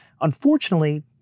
unfortunately